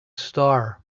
star